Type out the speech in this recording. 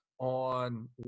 On